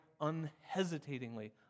unhesitatingly